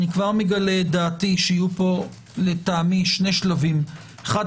אני כבר מגלה דעתי שיהיו פה לטעמי שני שלבים: אחד,